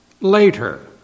Later